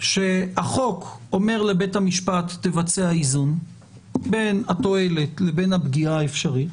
שהחוק אומר לבית המשפט תבצע איזון בין התועלת לבין הפגיעה האפשרית,